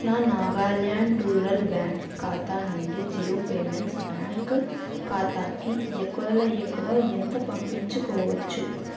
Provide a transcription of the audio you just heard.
నా Nagaland rural bank ఖాతా నుండి జియో పేమెంట్స్ బ్యాంక్ ఖాతాకి ఎక్కువలో ఎక్కువ ఎంత పంపించుకోవచ్చు